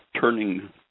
turning